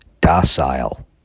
docile